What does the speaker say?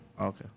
Okay